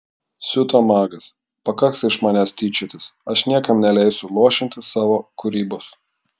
siuto magas pakaks iš manęs tyčiotis aš niekam neleisiu luošinti savo kūrybos